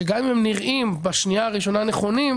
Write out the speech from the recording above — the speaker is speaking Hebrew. שגם אם הם נראים בשנייה ראשונה נכונים,